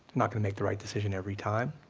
not gonna make the right decision every time.